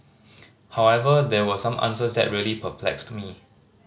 however there were some answers that really perplexed me